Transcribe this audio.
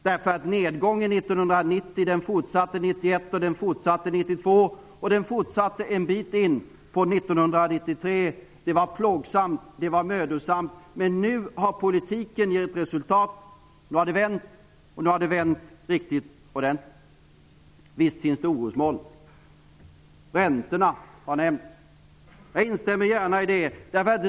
Nedgången 1990 fortsatte 1991, den fortsatte 1992, och den fortsatte en bit in på 1993. Det var plågsamt, det var mödosamt. Men nu har politiken gett resultat, nu har det vänt, och nu har det vänt riktigt ordentligt. Visst finns det orosmoln. Räntorna har nämnts. Jag instämmer gärna i det.